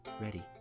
Ready